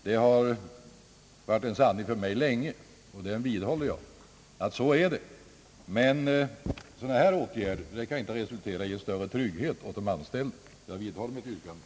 Det har länge varit en sanning för mig, och jag vidhåller den ståndpunkten, men sådana här åtgärder kan inte resultera i större trygghet för de anställda. Jag vidhåller, herr talman, mitt yrkande.